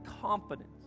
confidence